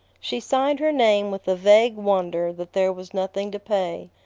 she signed her name with a vague wonder that there was nothing to pay.